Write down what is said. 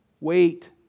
wait